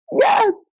yes